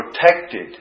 protected